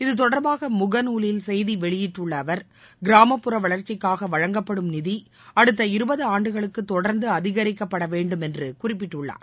இத்தொடர்பாக முகநூலில் செய்தி வெளியிட்டுள்ள அவர் கிராமப்புற வளர்ச்சிக்காக வழங்கப்படும் நிதி அடுத்த இருபது ஆண்டுகளுக்கு தொடர்ந்து அதிகரிக்கப்பட வேண்டும் என்று அதில் குறிப்பிட்டுள்ளார்